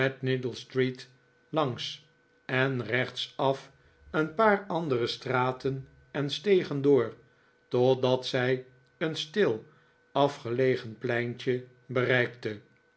langs en rechtsaf een paar andere straten en stegen door totdal zij een stil afgelegen pleintje bereikten